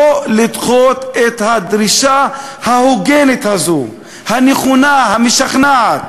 לא לדחות את הדרישה ההוגנת הזו, הנכונה, המשכנעת,